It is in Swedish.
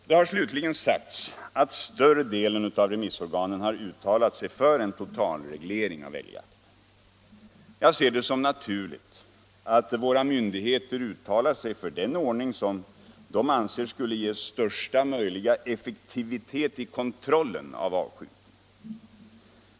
Det har slutligen sagts att större delen av remissorganen har uttalat sig för en totalreglering av älgjakten. Jag ser det som naturligt att våra myndigheter uttalar sig för den ordning som de anser skulle ge största möjliga effektivitet i kontrollen av avskjutningen.